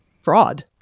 fraud